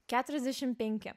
keturiasdešim penki